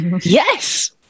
Yes